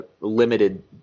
limited